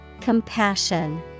Compassion